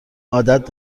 عادت